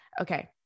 Okay